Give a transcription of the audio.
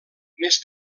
més